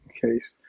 case